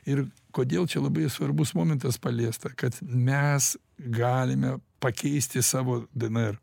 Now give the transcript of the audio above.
ir kodėl čia labai svarbus momentas paliesta kad mes galime pakeisti savo dnr